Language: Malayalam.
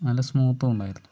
നല്ല സ്മൂത്തും ഉണ്ടായിരുന്നു